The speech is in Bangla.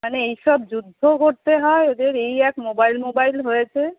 মানে এই সব যুদ্ধ করতে হয় এদের এই এক মোবাইল মোবাইল হয়েছে